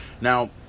Now